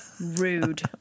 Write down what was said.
Rude